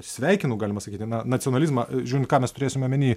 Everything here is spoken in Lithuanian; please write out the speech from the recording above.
sveikinu galima sakyti na nacionalizmą žiūrint ką mes turėsime omeny